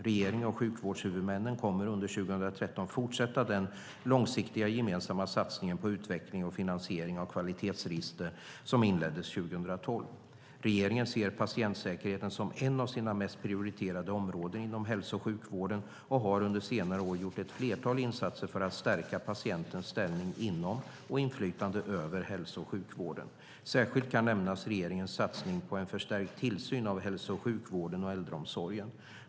Regeringen och sjukvårdshuvudmännen kommer under 2013 att fortsätta den långsiktiga gemensamma satsningen på utveckling och finansiering av kvalitetsregistren som inleddes 2012. Regeringen ser patientsäkerheten som ett av sina mest prioriterade områden inom hälso och sjukvården och har under senare år gjort ett flertal insatser för att stärka patientens ställning inom och inflytande över hälso och sjukvården. Särskilt kan nämnas regeringens satsning på en förstärkt tillsyn av hälso och sjukvården och äldreomsorgen.